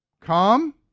come